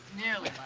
nearly,